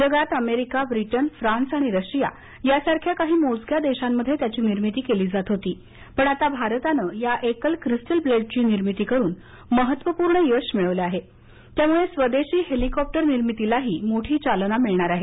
जगात America Britain France आणि Russia यासारख्या काही मोजक्या देशांमध्ये त्याची निर्मिती केली जात होती पण आता भारताने या एकल क्रिस्टल ब्लेडची निर्मिती करून महत्वपूर्ण यश मिळवलं आहे त्यामुळे स्वदेशी हेलिकॉप्टरनिर्मितीलाही मोठी चालना मिळणार आहे